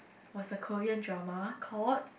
was the Korean drama called